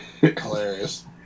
Hilarious